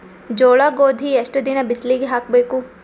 ಜೋಳ ಗೋಧಿ ಎಷ್ಟ ದಿನ ಬಿಸಿಲಿಗೆ ಹಾಕ್ಬೇಕು?